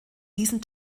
diesen